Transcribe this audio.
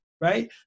right